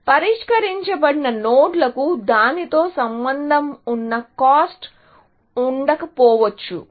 పరిష్కరించబడిన నోడ్లకు దానితో సంబంధం ఉన్న కాస్ట్ ఉండకపోవచ్చు